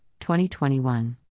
2021